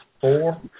four